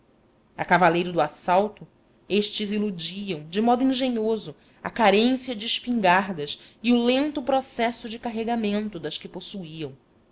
a cavaleiro do assalto estes iludiam de modo engenhoso a carência de espingardas e o lento processo de carregamento das que possuíam